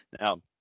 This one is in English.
Now